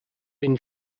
been